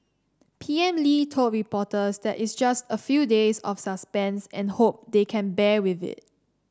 P M Lee told reporters that it's just a few days of suspense and hope they can bear with it